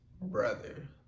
brother